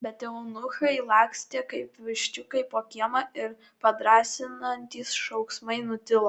bet eunuchai lakstė kaip viščiukai po kiemą ir padrąsinantys šauksmai nutilo